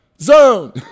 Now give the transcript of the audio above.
zone